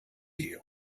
you